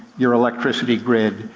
your electricity grid,